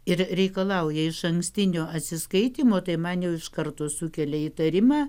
ir reikalauja išankstinio atsiskaitymo tai man jau iš karto sukelia įtarimą